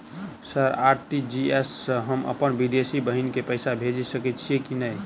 Sir RTGS सँ हम अप्पन विदेशी बहिन केँ पैसा भेजि सकै छियै की नै?